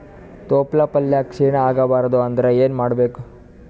ತೊಪ್ಲಪಲ್ಯ ಕ್ಷೀಣ ಆಗಬಾರದು ಅಂದ್ರ ಏನ ಮಾಡಬೇಕು?